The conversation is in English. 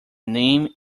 name